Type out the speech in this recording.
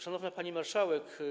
Szanowna Pani Marszałek!